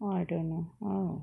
oh I don't know oh